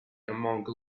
amongst